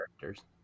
characters